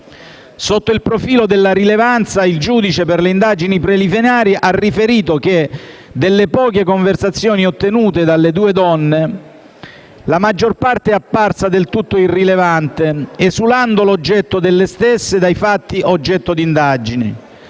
Sotto il profilo della rilevanza, il giudice per le indagini preliminari ha riferito che delle poche conversazioni ottenute dalle due donne, la maggior parte è apparsa del tutto irrilevante, esulando l'oggetto delle stesse dai fatti oggetto di indagine;